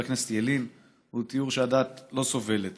הכנסת ילין הוא תיאור שהדעת לא סובלת